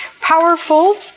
Powerful